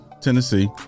Tennessee